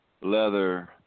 leather